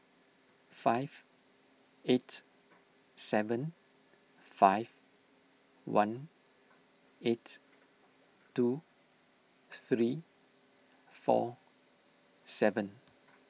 five eight seven five one eight two three four seven